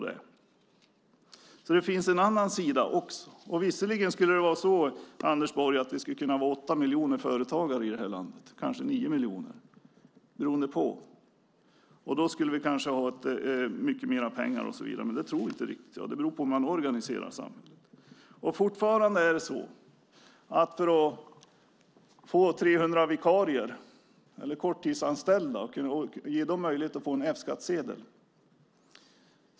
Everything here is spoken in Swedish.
Det finns en annan sida också. Visserligen skulle det, Anders Borg, kunna finnas 8 miljoner företagare i det här landet, kanske 9 miljoner, och då skulle vi kanske ha mycket mer pengar. Men det tror jag inte. Det beror på hur man organiserar samhället. Bekymret är fortfarande att kunna ge 300 vikarier eller korttidsanställda möjlighet att få en F-skattsedel.